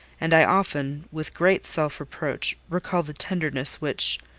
and i often, with great self-reproach, recall the tenderness which,